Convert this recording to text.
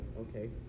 okay